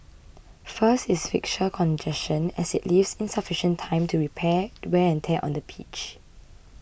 first is fixture congestion as it leaves insufficient time to repair the wear and tear on the pitch